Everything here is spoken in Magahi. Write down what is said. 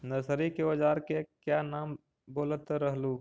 नरसरी के ओजार के क्या नाम बोलत रहलू?